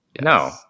No